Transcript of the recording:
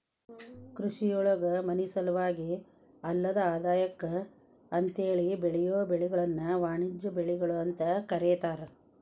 ಕೃಷಿಯೊಳಗ ಮನಿಸಲುವಾಗಿ ಅಲ್ಲದ ಆದಾಯಕ್ಕ ಅಂತೇಳಿ ಬೆಳಿಯೋ ಬೆಳಿಗಳನ್ನ ವಾಣಿಜ್ಯ ಬೆಳಿಗಳು ಅಂತ ಕರೇತಾರ